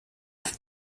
warum